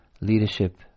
leadership